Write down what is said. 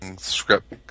script